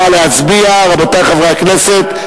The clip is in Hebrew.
נא להצביע, רבותי חברי הכנסת.